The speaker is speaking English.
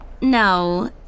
No